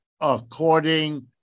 according